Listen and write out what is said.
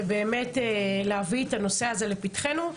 ובאמת להביא את הנושא הזה לפתחינו,